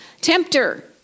tempter